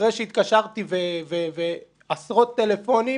ואחרי שהתקשרתי עשרות פעמים